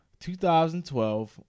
2012